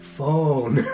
Phone